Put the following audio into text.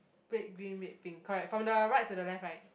black green red pink correct from the right to the left right